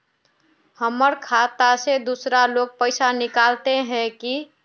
हमर खाता से दूसरा लोग पैसा निकलते है की?